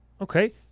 Okay